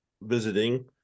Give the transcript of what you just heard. visiting